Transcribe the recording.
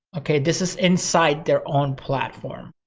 okay? this is inside their own platform,